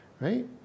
Right